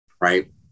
Right